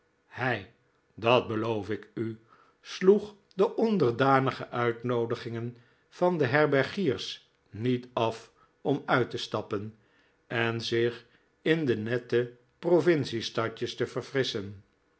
hij dat beloof ik u sloeg de onderdanige uitnoodigingen van de herbergiers niet af om uit te stappen en zich in de nette provincie stadjes te verfrisschen